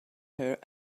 her